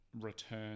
return